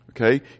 Okay